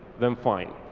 then fine.